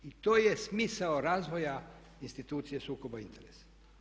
I to je smisao razvoja institucije sukoba interesa.